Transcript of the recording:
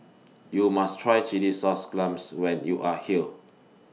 YOU must Try Chilli Sauce Clams when YOU Are here